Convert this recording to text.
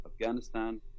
Afghanistan